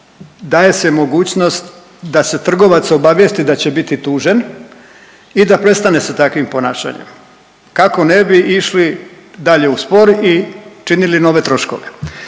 daje se mogućnost da će trgovac obavijesti da će biti tužen i da prestane sa takvim ponašanjem kako ne bi išli dalje u spor i činili nove troškove.